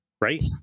Right